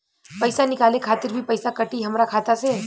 पईसा निकाले खातिर भी पईसा कटी हमरा खाता से?